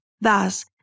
Thus